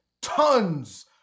tons